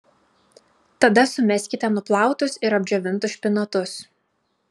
tada sumeskite nuplautus ir apdžiovintus špinatus